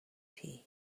tea